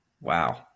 Wow